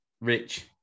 Rich